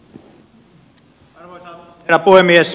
arvoisa herra puhemies